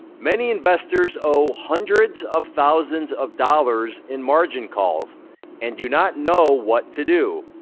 many investors owe hundreds of thousands of dollars in margin calls and do not know what to do.